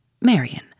Marion